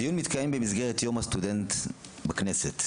הדיון מתקיים במסגרת יום הסטודנט בכנסת.